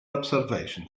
observation